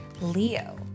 Leo